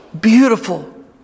beautiful